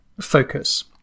focus